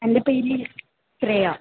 എൻ്റെ പേര് ശ്രേയ